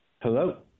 Hello